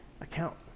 account